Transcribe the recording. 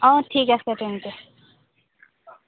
অ ঠিক আছে তেন্তে